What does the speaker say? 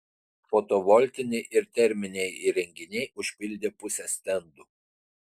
fotovoltiniai ir terminiai įrenginiai užpildė pusę stendų